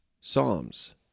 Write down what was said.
Psalms